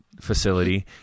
facility